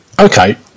Okay